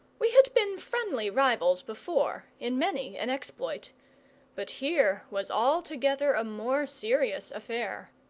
we had been friendly rivals before, in many an exploit but here was altogether a more serious affair.